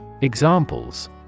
Examples